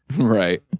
Right